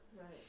Right